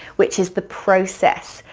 which is the process.